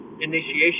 initiation